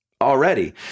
already